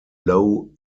low